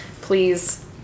please